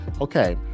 okay